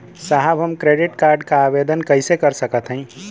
साहब हम credit card क आवेदन कइसे कर सकत हई?